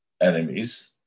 enemies